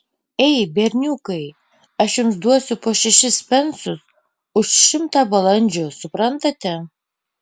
ei berniukai aš jums duosiu po šešis pensus už šimtą balandžių suprantate